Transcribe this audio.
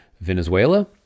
Venezuela